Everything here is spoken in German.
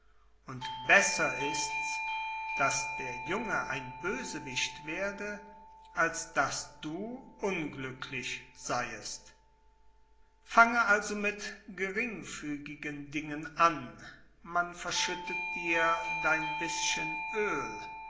und besser ist's daß der junge ein bösewicht werde als daß du unglücklich seiest fange also mit geringfügigen dingen an man verschüttet dir dein bischen oel